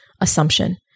assumption